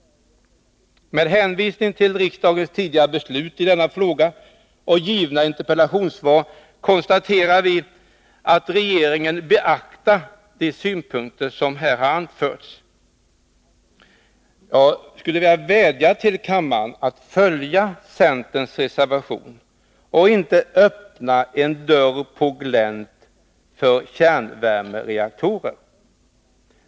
Med hänvisning till riksdagens tidigare beslut i denna fråga och lämnade interpellationssvar konstaterar vi att regeringen beaktar de synpunkter som här har anförts. Jag skulle vilja vädja till kammaren att följa centerns reservation och inte öppna en dörr på glänt för kärnvärmereaktorer.